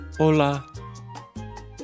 ¡Hola